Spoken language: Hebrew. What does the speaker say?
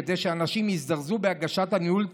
כדי שאנשים יזדרזו בהגשת "ניהול תקין",